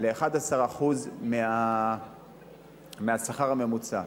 ל-11% מהשכר הממוצע.